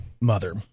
mother